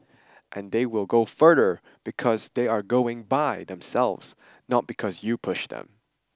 and they will go further because they are going by themselves not because you pushed them